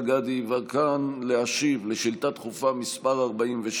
גדי יברקן להשיב על שאילתה דחופה מס' 42,